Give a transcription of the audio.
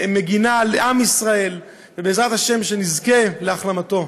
מגינה על עם ישראל, ובעזרת השם, שנזכה להחלמתו.